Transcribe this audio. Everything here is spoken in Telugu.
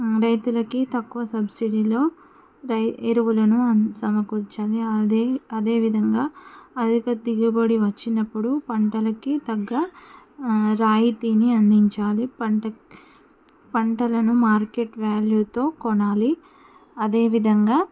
రైతులకి తక్కువ సబ్సిడీలో రై ఎరువులను అం సమకూర్చాలి అదే అదేవిధంగా అధిక దిగుబడి వచ్చినప్పుడు పంటలకి తగ్గ రాయితీని అందించాలి పంటకి పంటలను మార్కెట్ వ్యాల్యూతో కొనాలి అదేవిధంగా